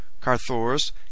Carthoris